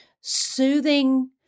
soothing